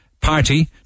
Party